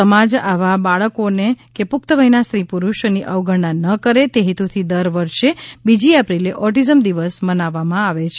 સમાજ આવાં બાળકો કે પુખ્તવયના સ્રીછે પુરુષોની અવગણના ન કરે તે હેતુથી દર વર્ષે બીજી એપ્રિલે ઓટીઝમ દિવસ મનાવવામાં આવે છે